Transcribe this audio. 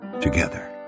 together